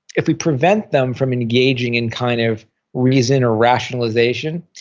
if we prevent them from engaging in kind of reason or rationalization.